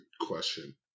question